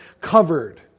covered